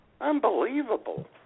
unbelievable